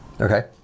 Okay